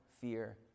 fear